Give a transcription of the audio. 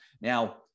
Now